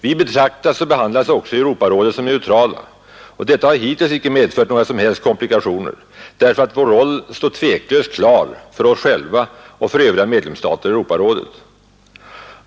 Vi betraktas och behandlas också i Europarådet som neutrala, och detta har hittills icke medfört några som helst komplikationer, därför att vår roll står tveklöst klar både för oss själva och för övriga medlemsstater i Europarådet.